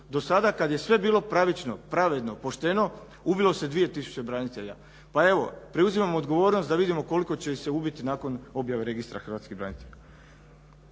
Do sada kad je sve bilo pravično, pravedno, pošteno ubilo se 2000 branitelja, pa evo preuzimam odgovornost da vidimo koliko će ih se ubit nakon objave Registra hrvatskih branitelja.